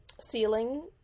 ceiling